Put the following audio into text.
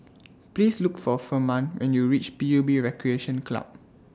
Please Look For Furman when YOU REACH P U B Recreation Club